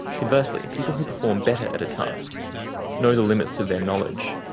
conversely, people who perform better at a task know the limits of their knowledge,